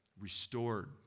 restored